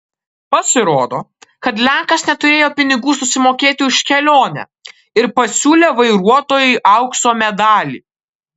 pasirodo kad lenkas neturėjo pinigų susimokėti už kelionę ir pasiūlė vairuotojui aukso medalį